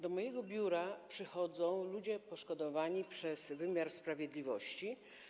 Do mojego biura przychodzą ludzie poszkodowani przez wymiar sprawiedliwości.